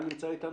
זאת אומרת,